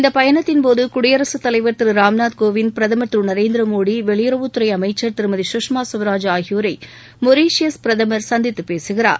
இந்த பயணத்தின்போது குடியரசுத்தலைவர் திரு ராம்நாத்கோவிந்த் பிரதமர் திரு நரேந்திரமோடி வெளியுறவுத்துறை அமைச்சர் திருமதி சுஷ்மா ஸ்வராஜ் ஆகியோரை மொரீசியஸ் பிரதமர் சந்தித்து பேசுகிறார்